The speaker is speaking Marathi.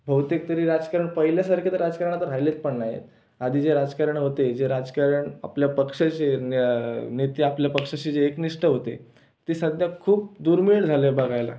बहुतेक तरी राजकारण पाहिल्यासारखं तर राजकारण आता राहिलेत पण नाहीत आधीचे राजकरणी होते जे राजकारण आपल्या पक्षाशी न नेते आपल्या पक्षाशी जे एकनिष्ठ होते ते सध्या खूप दुर्मिळ झालं आहे बघायला